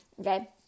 Okay